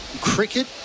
cricket